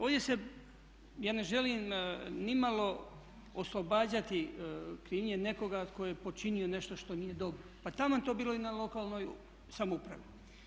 Ovdje se, ja ne želim nimalo oslobađati krivnje nekoga tko je počinio nešto što nije dobro pa taman to bilo i na lokalnoj samoupravi.